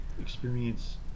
experience